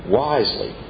wisely